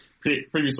Previously